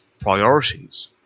priorities